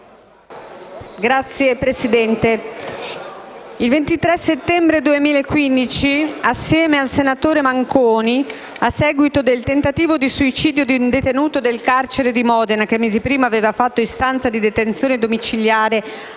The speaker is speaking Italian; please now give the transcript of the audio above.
Signor Presidente, il 23 settembre 2015, insieme al senatore Manconi, a seguito del tentativo di suicidio di un detenuto del carcere di Modena, che mesi prima aveva fatto istanza di detenzione domiciliare